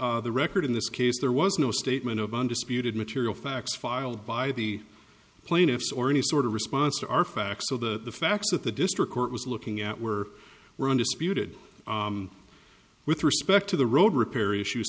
at the record in this case there was no statement of undisputed material facts filed by the plaintiffs or any sort of response or our facts so that the facts of the district court was looking at were were undisputed with respect to the road repair issue